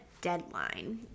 deadline